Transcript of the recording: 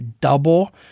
double